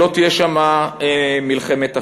שלא תהיה שם מלחמת אחים.